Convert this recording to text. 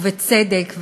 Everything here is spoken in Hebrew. ובצדק,